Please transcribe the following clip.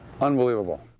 Unbelievable